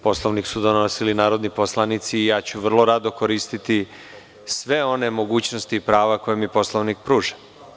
Poslovnik su donosili narodni poslanici i vrlo rado ću koristiti sve one mogućnosti i prava koje mi Poslovnik pruža.